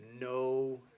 no